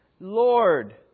Lord